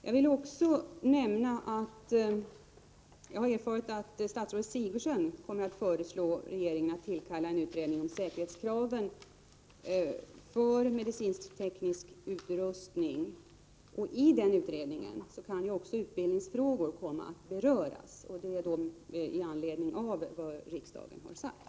Jag vill också nämna att jag har erfarit att statsrådet Sigurdsen kommer att föreslå regeringen att tillsätta en utredning om säkerhetskraven för medicinteknisk utrustning. I den utredningen kan också utbildningsfrågor komma att beröras med anledning av vad riksdagen har sagt.